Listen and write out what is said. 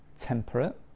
temperate